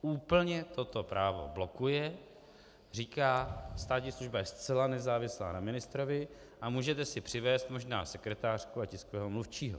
Úplně toto právo blokuje, říká státní služba je zcela nezávislá na ministrovi a můžete si přivést možná sekretářku a tiskového mluvčího.